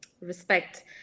respect